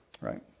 right